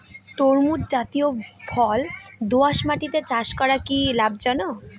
তরমুজ জাতিয় ফল দোঁয়াশ মাটিতে চাষ করা কি লাভজনক?